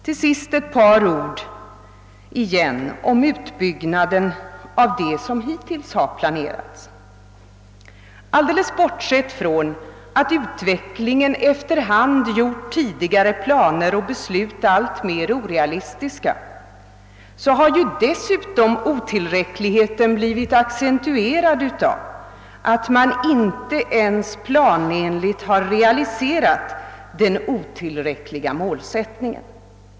Till sist vill jag helt kort återkomma till frågan om utbyggnaden av det som hittills har planerats. Alldeles bortsett från att utvecklingen efter hand gjort tidigare planer och beslut alltmer orealistiska, så har otillräckligheten blivit accentuerad av att man inte ens planenligt har realiserat den otillräckliga målsättningen.